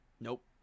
Nope